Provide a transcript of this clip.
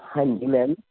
ਹਾਂਜੀ ਮੈਮ